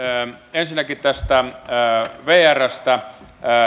ensinnäkin tästä vrstä